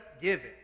giving